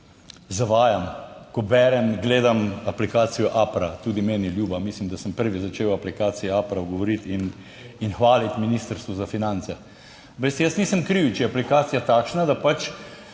zavajam, ko berem, gledam aplikacijo APPrA, tudi meni ljuba, mislim, da sem prvi začel o aplikaciji APPrA govoriti in hvaliti Ministrstvo za finance. Veste, jaz nisem kriv, če je aplikacija takšna, da pač